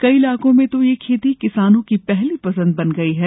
कई इलाकों में तो यह खेती किसानों की पहली पसंद बन गई है